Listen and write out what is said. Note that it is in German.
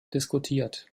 diskutiert